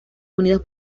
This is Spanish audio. unidos